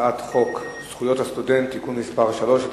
הצעת חוק זכויות הסטודנט (תיקון מס' 3),